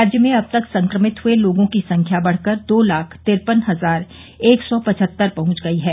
राज्य में अब तक संक्रमित हुए लोगों की संख्या बढ़कर दो लाख तिरपन हजार एक सौ पचहत्तर पहुंच गई है